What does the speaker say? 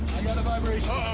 got a vibration.